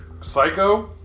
psycho